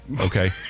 Okay